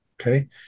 Okay